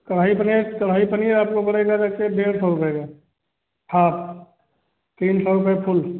कड़ाही पनीर कड़ाही पनीर आपको पड़ेगा देखिए डेढ़ सौ रुपये का हाफ तीन सौ मे फुल